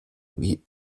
wie